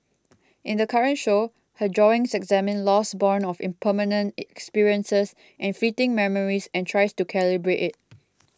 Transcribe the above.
in the current show her drawings examine loss borne of impermanent experiences and fleeting memories and tries to calibrate it